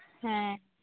ᱦᱮᱸ